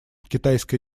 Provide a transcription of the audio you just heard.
китайская